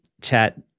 chat